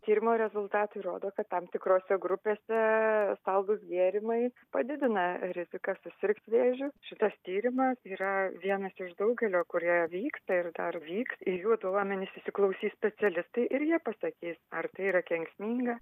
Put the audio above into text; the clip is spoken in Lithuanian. tyrimo rezultatai rodo kad tam tikrose grupėse saldūs gėrimai padidina riziką susirgt vėžiu šitas tyrimas yra vienas iš daugelio kurie vyksta ir dar vyks į jų duomenis įsiklausys specialistai ir jie pasakys ar tai yra kenksminga